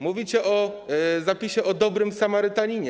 Mówicie o zapisie o dobrym samarytaninie.